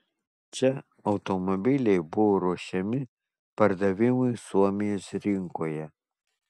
čia automobiliai buvo ruošiami pardavimui suomijos rinkoje